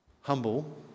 humble